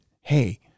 Hey